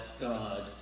God